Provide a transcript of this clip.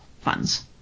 funds